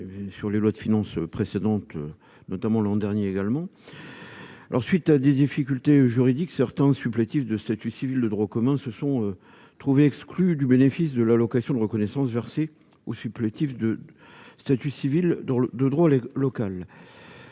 de loi de finances, notamment l'an dernier. À la suite de difficultés juridiques, certains anciens supplétifs de statut civil de droit commun se sont trouvés exclus du bénéfice de l'allocation de reconnaissance versée aux anciens supplétifs de statut civil de droit local.